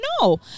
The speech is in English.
No